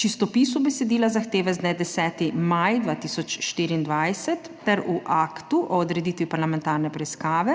čistopisu besedila zahteve z dne 10. maja 2024 ter v aktu o odreditvi parlamentarne preiskave